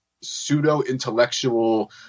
pseudo-intellectual